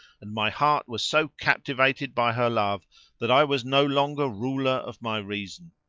and my heart was so captivated by her love that i was no longer ruler of my reason.